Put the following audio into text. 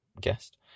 Guest